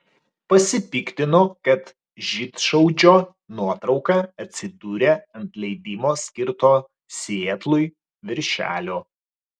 pasipiktino kad žydšaudžio nuotrauka atsidūrė ant leidimo skirto sietlui viršelio